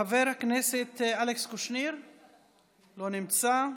חבר הכנסת אלכס קושניר, לא נמצא,